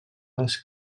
les